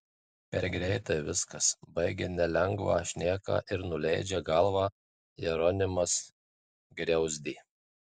per greitai viskas baigia nelengvą šneką ir nuleidžia galvą jeronimas griauzdė